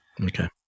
okay